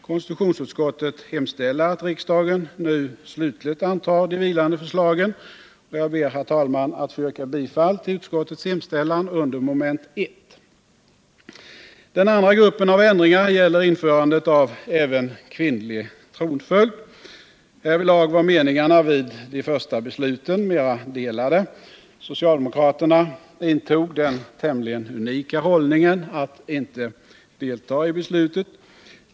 Konstitutionsutskottet hemställer att riksdagen nu slutligt antar de vilande förslagen, och jag ber, herr talman, att få yrka bifall till utskottets hemställan under mom. 1. Den andra gruppen av ändringar gäller införandet av även kvinnlig tronföljd. Därvidlag var meningarna då det första beslutet fattades mer delade. Socialdemokraterna intog den tämligen unika hållningen att inte delta i beslutet.